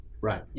Right